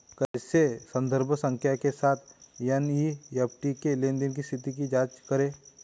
कैसे संदर्भ संख्या के साथ एन.ई.एफ.टी लेनदेन स्थिति की जांच करें?